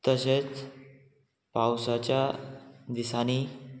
तशेंच पावसाच्या दिसांनी